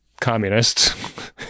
communists